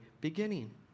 beginning